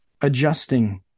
adjusting